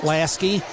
Lasky